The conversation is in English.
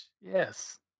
Yes